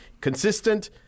consistent